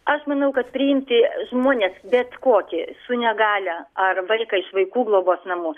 aš manau kad priimti žmones bet kokį su negalia ar vaiką iš vaikų globos namų